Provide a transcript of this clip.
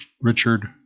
Richard